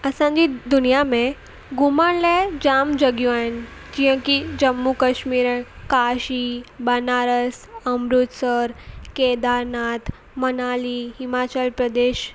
असांजी दुनिया में घुमण लाइ जामु जॻहियूं आहिनि जीअं की जम्मू कश्मीर आहे काशी बनारस अमृतसर केदारनाथ मनाली हिमाचल प्रदेश